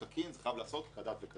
זה חייב להיעשות כדת וכדין.